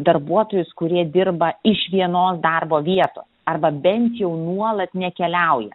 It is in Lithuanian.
darbuotojus kurie dirba iš vienos darbo vietos arba bent jau nuolat nekeliauja